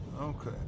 okay